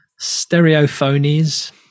Stereophonies